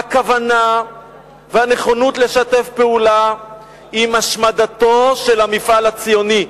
הכוונה והנכונות לשתף פעולה עם השמדתו של המפעל הציוני,